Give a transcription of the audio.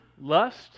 lust